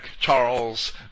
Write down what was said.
Charles